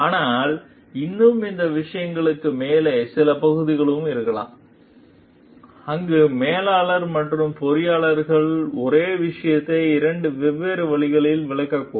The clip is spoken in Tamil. ஆனால் இன்னும் அந்த விஷயங்களுக்கு மேலே சில பகுதிகளும் இருக்கலாம் அங்கு மேலாளர் மற்றும் பொறியியலாளர் ஒரே விஷயத்தை இரண்டு வெவ்வேறு வழிகளில் விளக்கக்கூடும்